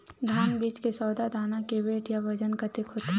धान बीज के सौ दाना के वेट या बजन कतके होथे?